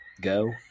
go